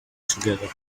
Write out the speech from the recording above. together